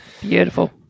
Beautiful